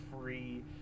free